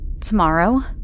Tomorrow